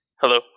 Hello